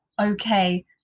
okay